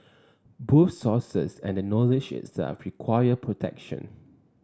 both sources and the knowledge itself require protection